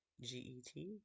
G-E-T